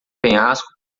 penhasco